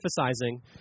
emphasizing